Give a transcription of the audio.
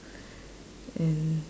and